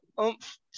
oomph